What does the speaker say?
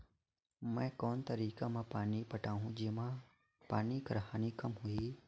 मैं कोन तरीका म पानी पटाहूं जेमा पानी कर हानि कम होही?